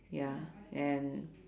ya and